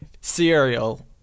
cereal